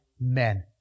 men